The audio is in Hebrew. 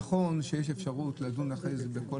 נכון שיש אפשרות לדון אחרי כן בכל